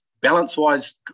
Balance-wise